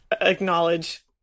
acknowledge